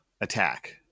attack